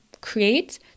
create